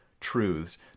truths